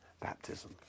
baptism